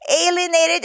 alienated